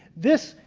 this,